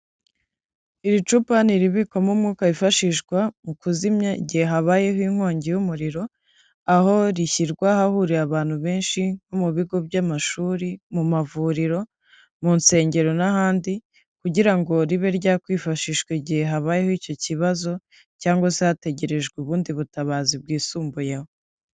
Iri cupa niribikwamo umwuka wifashishwa mu kuzimya igihe habayeho inkongi y'umuriro, aho rishyirwa ahahurira abantu benshi nko mu bigo by'amashuri, mu mavuriro, mu nsengero n'ahandi kugira ngo ribe ryakwifashishwa igihe habayeho icyo kibazo cyangwa se hategerejwe ubundi butabazi bwisumbuyeho.